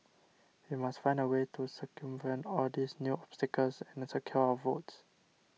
we must find a way to circumvent all these new obstacles and secure our votes